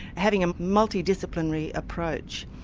having a multidisciplinary approach,